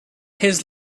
his